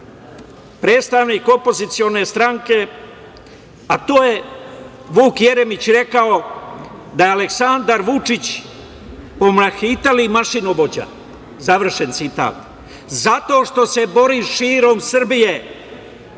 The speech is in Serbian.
predstavnik opozicione stranke, a to je Vuk Jeremić, rekao da je "Aleksandar Vučić pomahnitali mašinovođa", završen citat. Zato što se bori širom Srbije,